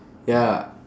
ya